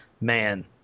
Man